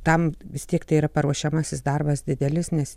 tam vis tiek tai yra paruošiamasis darbas didelis nes